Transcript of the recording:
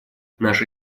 наша